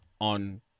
on